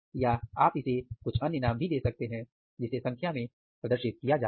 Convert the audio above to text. या आप इसे कुछ अन्य नाम भी दे सकते हैं जिसे संख्या में प्रदर्शित किया जा सके